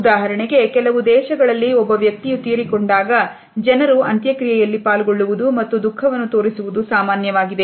ಉದಾಹರಣೆಗೆ ಕೆಲವು ದೇಶಗಳಲ್ಲಿ ಒಬ್ಬ ವ್ಯಕ್ತಿಯು ತೀರಿಕೊಂಡಾಗ ಜನರು ಅಂತ್ಯಕ್ರಿಯೆಯಲ್ಲಿ ಪಾಲ್ಗೊಳ್ಳುವುದು ಮತ್ತು ದುಃಖವನ್ನು ತೋರಿಸುವುದು ಸಾಮಾನ್ಯವಾಗಿದೆ